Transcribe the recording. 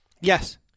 Yes